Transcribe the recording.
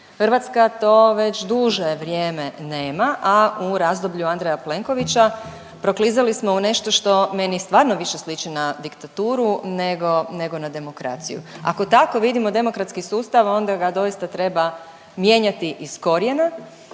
Hrvatska to već duže vrijeme nema, a u razdoblju Andreja Plenkovića proklizali smo u nešto što meni stvarno više sliči na diktaturu nego, nego na demokraciju. Ako tako vidimo demokratski sustav onda ga doista treba mijenjati iz korijena